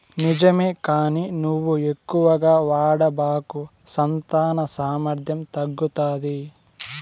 నిజమే కానీ నువ్వు ఎక్కువగా వాడబాకు సంతాన సామర్థ్యం తగ్గుతాది